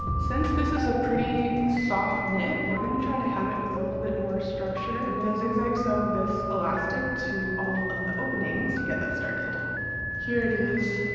since this is a pretty soft knit. we're gonna try to hem it with a little bit more structure. i'm gonna zigzag sew this elastic to all of the openings to get that started here it is.